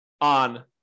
on